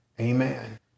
amen